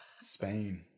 Spain